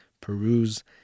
peruse